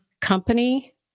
company